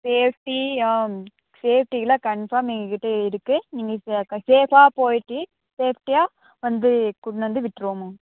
safety ஆ சேஃப்ட்டிலாம் confirm எங்கக்கிட்டே இருக்குது நீங்கள் இப்போ க சேஃப்பாக போய்ட்டு சேஃப்டியாக வந்து கொண்டு வந்து விட்டுருவோம்மா